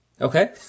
Okay